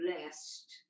blessed